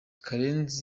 karenzi